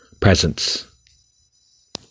presence